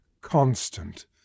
constant